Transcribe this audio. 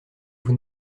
vous